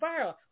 viral